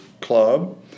club